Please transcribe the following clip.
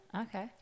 Okay